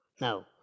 no